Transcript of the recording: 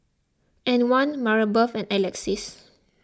Antwan Marybeth and Alexis